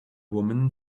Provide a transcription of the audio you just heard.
woman